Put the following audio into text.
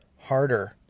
harder